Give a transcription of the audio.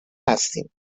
هستیم